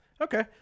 Okay